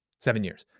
seven years.